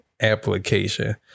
application